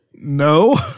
no